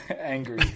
angry